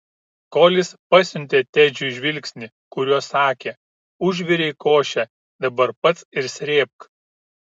kolis pasiuntė tedžiui žvilgsnį kuriuo sakė užvirei košę dabar pats ir srėbk